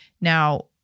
Now